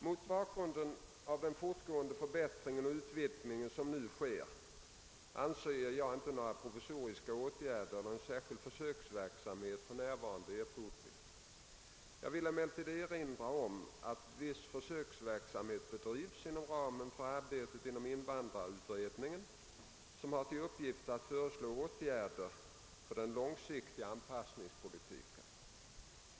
Mot bakgrund av den fortgående förbättring och utvidgning som nu sker anser jag inte några provisoriska åtgärder eller en särskild försöksverksamhet för närvarande erforderliga. Jag vill emellertid erinra om att viss försöksverksamhet bedrivs inom ramen för arbetet inom invandrarutredningen, som har till uppgift att föreslå åtgärder för den långsiktiga anpassningspolitiken.